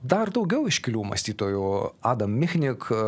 dar daugiau iškilių mąstytojų adam michnik